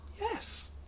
Yes